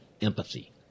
empathy